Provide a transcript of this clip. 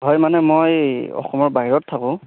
হয় মানে মই অসমৰ বাহিৰত থাকোঁ